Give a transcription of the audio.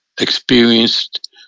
experienced